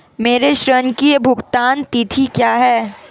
मेरे ऋण की भुगतान तिथि क्या है?